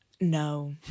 No